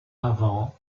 avant